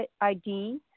ID